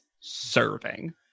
serving